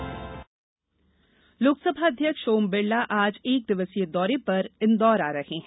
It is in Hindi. लोकसभा अध्यक्ष लोकसभा अध्यक्ष ओम बिरला आज एक दिवसीय दौरे पर इंदौर आ रहे हैं